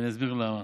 אני אסביר למה.